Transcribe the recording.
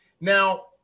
Now